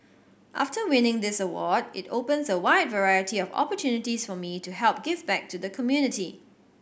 after winning this award it opens a wide variety of opportunities for me to help give back to the community